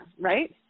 Right